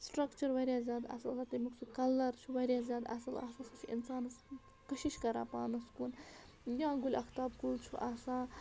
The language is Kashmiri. سٹرٛکچَر واریاہ زیادٕ اَصٕل آسان تَمیُک سُہ کَلَر چھُ واریاہ زیادٕ اَصٕل آسان سُہ چھُ اِنسانَس کٔشِش کَران پانَس کُن یا گُلہِ اختاب کُل چھُ آسان